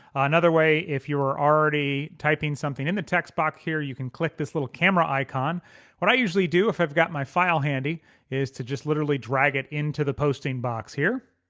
another way, if you are already typing something in the text box here, you can click this little camera icon what i usually do if i've got my file handy is to just literally drag it into the posting box here.